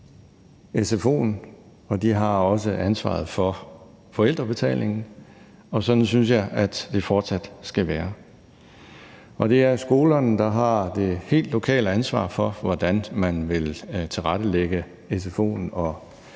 sfo'en, og de har også ansvaret for forældrebetalingen, og sådan synes jeg at det fortsat skal være. Og det er skolerne, der har det helt lokale ansvar for, hvordan man vil tilrettelægge sfo'en og